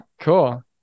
cool